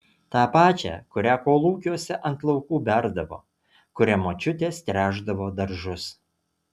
tą pačią kurią kolūkiuose ant laukų berdavo kuria močiutės tręšdavo daržus